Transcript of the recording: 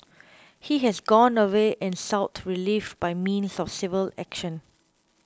he has gone away and sought relief by means of civil action